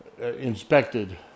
inspected